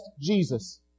Jesus